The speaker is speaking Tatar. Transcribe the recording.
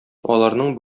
аларның